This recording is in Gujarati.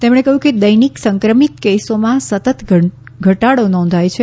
તેમણે કહ્યું કે દૈનિક સંક્રમિત કેસોના સતત ઘટાડી નોંધાય છે